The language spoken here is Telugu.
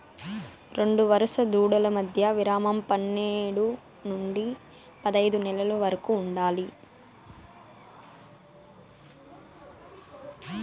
రెండు వరుస దూడల మధ్య విరామం పన్నేడు నుండి పదైదు నెలల వరకు ఉండాలి